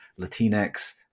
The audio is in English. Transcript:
Latinx